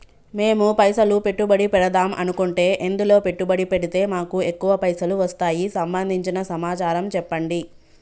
మేము పైసలు పెట్టుబడి పెడదాం అనుకుంటే ఎందులో పెట్టుబడి పెడితే మాకు ఎక్కువ పైసలు వస్తాయి సంబంధించిన సమాచారం చెప్పండి?